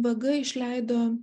vaga išleido